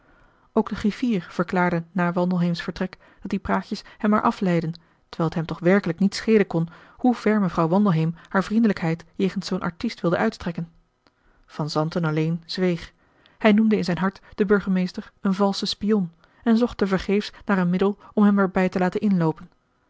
ook de griffier verklaarde na wandelheems vertrek dat die praatjes hem maar afleidden terwijl t hem toch werkelijk niets schelen kon hoever mevrouw wandelheem haar vriendelijkheid jegens zoo'n artiest wilde uitstrekken van zanten alleen zweeg hij noemde in zijn hart den burgemeester een valschen spion en zocht te vergeefs naar een middel om hem er bij te laten inloopen